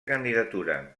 candidatura